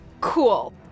Cool